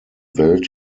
welt